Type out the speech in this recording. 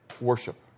worship